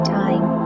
time